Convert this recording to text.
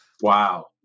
Wow